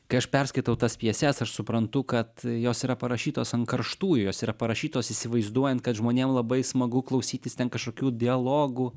kai aš perskaitau tas pjeses aš suprantu kad jos yra parašytos an karštųjų jos yra parašytos įsivaizduojant kad žmonėm labai smagu klausytis ten kažkokių dialogų